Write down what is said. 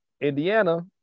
Indiana